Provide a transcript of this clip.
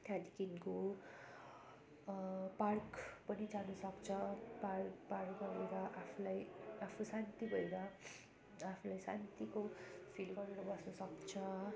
त्यहाँदेखिको पार्क पनि जान सक्छ पार्क पार्क गएर आफूलाई आफू शान्ति भएर आफूलाई शान्तिको फिल गरेर बस्नु सक्छ